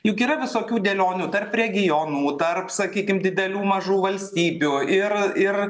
juk yra visokių dėlionių tarp regionų tarp sakykim didelių mažų valstybių ir ir